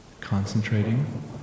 Concentrating